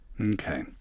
Okay